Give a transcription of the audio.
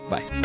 Bye